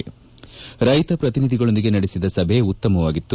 ಕ್ಷತ ಪ್ರತಿನಿಧಿಗಳೊಂದಿಗೆ ನಡೆಸಿದ ಸಭೆ ಉತ್ತಮವಾಗಿತ್ತು